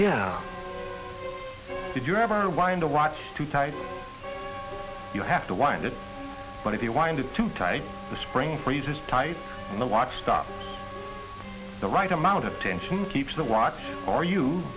yeah did you ever wind a watch too tight you have to wind it up but if you wind it too tight the spring freezes tight and the watch stopped the right amount of tension keeps the what are you